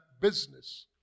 business